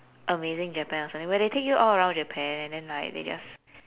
amazing japan or something where they take you all around japan and then like they just